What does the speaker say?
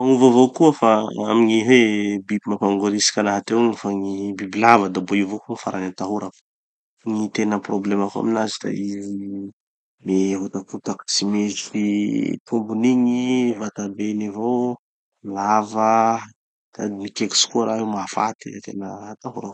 Tsy mifagnova avao koa fa amy gny hoe biby mampangoritsiky anaha teo igny fa gny bibilava da mbo io avao koa gny farany atahorako. Gny tena problemako aminazy da izy le mihotakotaky tsy misy tombony igny, vatabeny avao, lava, da mikekitsy koa raha io mahafaty. Da tena atahorako.